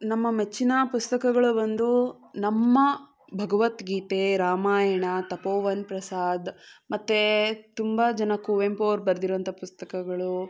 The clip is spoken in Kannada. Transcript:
ನಮ್ಮ ಮೆಚ್ಚಿನ ಪುಸ್ತಕಗಳು ಬಂದು ನಮ್ಮ ಭಗವದ್ಗೀತೆ ರಾಮಾಯಣ ತಪೋವನ್ ಪ್ರಸಾದ್ ಮತ್ತು ತುಂಬ ಜನ ಕುವೆಂಪು ಅವ್ರು ಬರ್ದಿರೊಂಥ ಪುಸ್ತಕಗಳು